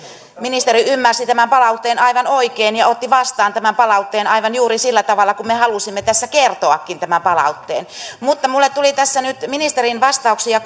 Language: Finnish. ministeri ymmärsi tämän palautteen aivan oikein ja otti vastaan palautteen aivan juuri sillä tavalla kuin me halusimme tässä kertoakin tämän palautteen mutta minulle tuli tässä nyt ministerin vastauksia